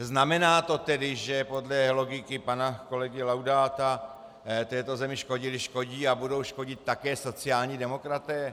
Znamená to tedy, že podle logiky pana kolegy Laudáta této zemi škodili, škodí a budou škodit také sociální demokraté?